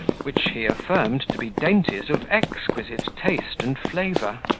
which he affirmed to be dainties of exquisite taste and flavour.